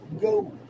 go